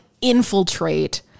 infiltrate